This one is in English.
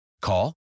Call